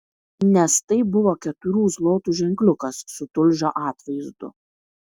nes tai buvo keturių zlotų ženkliukas su tulžio atvaizdu